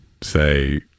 say